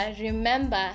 remember